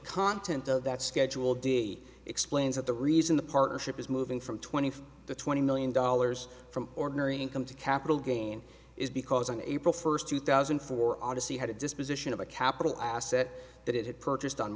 content of that schedule d explains that the reason the partnership is moving from twenty five to twenty million dollars from ordinary income to capital gain is because on april first two thousand and four odyssey had a disposition of a capital asset that it had purchased on